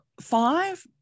five